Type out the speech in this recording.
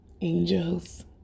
angels